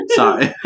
sorry